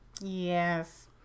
yes